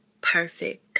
perfect